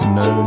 no